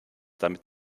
damit